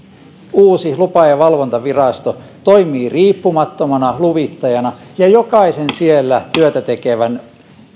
uusi lupa ja valvontavirasto toimii riippumattomana luvittajana ja jokaisen siellä työtä tekevän